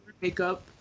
makeup